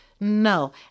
No